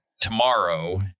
tomorrow